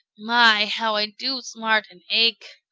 my, how i do smart and ache!